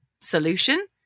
solution